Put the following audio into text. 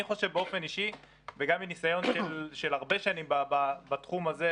אני חושב באופן אישי - גם מניסיון של הרבה שנים בתחום הזה,